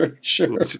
sure